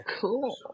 Cool